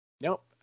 Nope